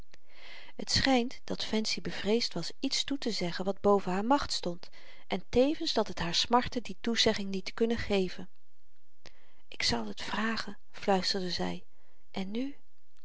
t schynt dat fancy bevreesd was iets toetezeggen wat boven haar macht stond en tevens dat het haar smartte die toezegging niet te kunnen geven ik zal t vragen fluisterde zy en nu